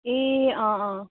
ए अँ अँ